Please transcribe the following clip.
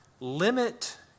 limit